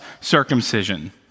circumcision